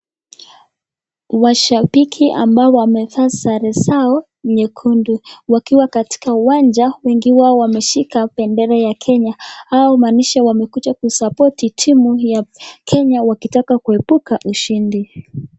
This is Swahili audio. Washambiki ambao wamevaa sare zao nyekundu wakiwa katika uwanja, wengi wao wameshika bendera ya Kenya. Hao inamaanisha wamekuja kusoppurt timu ya Kenya wakitaka kuebuka ushindi.